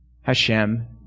Hashem